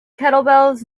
kettlebells